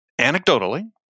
anecdotally